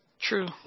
True